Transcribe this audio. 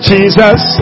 Jesus